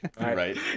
Right